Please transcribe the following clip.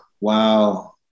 wow